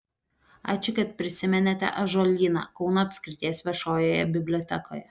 ačiū kad prisiminėte ąžuolyną kauno apskrities viešojoje bibliotekoje